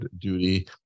duty